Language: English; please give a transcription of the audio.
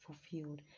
fulfilled